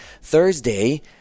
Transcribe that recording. thursday